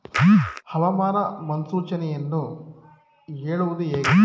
ಹವಾಮಾನ ಮುನ್ಸೂಚನೆಯನ್ನು ಹೇಳುವುದು ಹೇಗೆ?